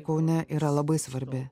kaune yra labai svarbi